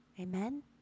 Amen